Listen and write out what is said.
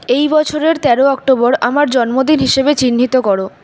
এই বছরের তেরো অক্টোবর আমার জন্মদিন হিসেবে চিহ্নিত করো